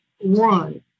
one